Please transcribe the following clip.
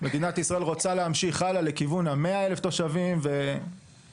מדינת ישראל רוצה להמשיך הלאה לכיוון ה-100,000 תושבים וצפונה,